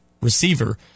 receiver